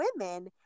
women